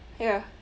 ya